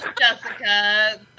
Jessica